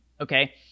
okay